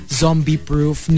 zombie-proof